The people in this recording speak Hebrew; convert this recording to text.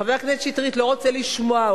חבר הכנסת שטרית לא רוצה לשמוע,